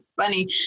Funny